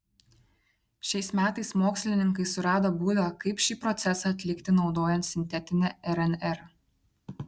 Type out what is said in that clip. šiais metais mokslininkai surado būdą kaip šį procesą atlikti naudojant sintetinę rnr